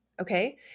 Okay